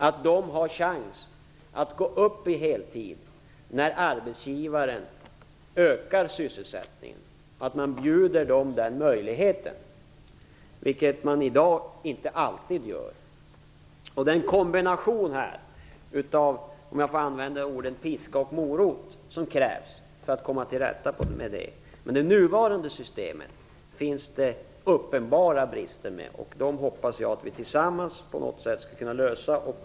De skall få en chans att gå upp på heltid när arbetsgivaren ökar sysselsättningen. De skall erbjudas denna möjlighet. Det sker inte alltid i dag. Det krävs en kombination av piska och morot för att man skall komma till rätta med det här. Det finns uppenbara brister i det nuvarande systemet. Dem hoppas jag att vi tillsammans skall kunna åtgärda på något sätt.